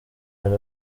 hari